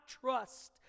trust